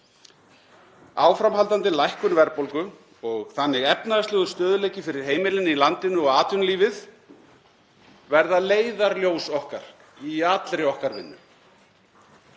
Áframhaldandi lækkun verðbólgu og þannig efnahagslegur stöðugleiki fyrir heimilin í landinu og atvinnulífið verða leiðarljós okkar í allri okkar vinnu.